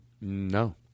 No